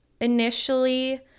initially